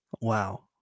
Wow